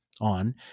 on